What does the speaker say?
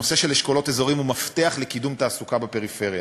הנושא של אשכולות אזוריים הוא מפתח לקידום תעסוקה בפריפריה.